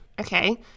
Okay